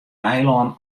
eilân